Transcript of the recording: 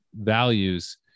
values